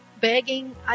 begging